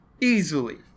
Easily